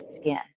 skin